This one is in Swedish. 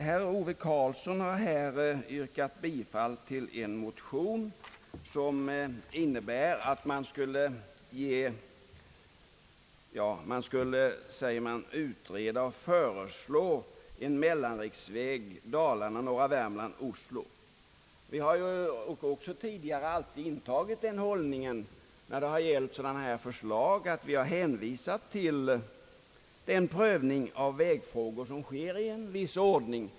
Herr Ove Karlsson har yrkat bifall till en motion som innebär, att man skulle, som det heter, utreda och föreslå att en mellanriksväg byggs på sträckan Dalarna—norra Värmland—Oslo. Vi har tidigare när det gällt sådana här förslag alltid hänvisat till den prövning i vägfrågor som sker i viss ordning.